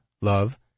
love